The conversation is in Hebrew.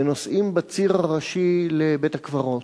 ונוסעים בציר הראשי לבית-הקברות,